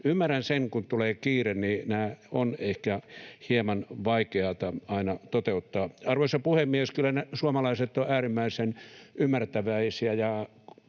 ymmärrän sen, että kun tulee kiire, nämä ovat ehkä hieman vaikeita aina toteuttaa. Arvoisa puhemies! Kyllä suomalaiset ovat äärimmäisen ymmärtäväisiä